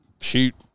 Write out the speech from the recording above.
shoot